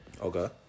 okay